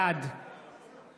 בעד